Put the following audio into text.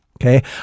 okay